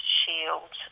shield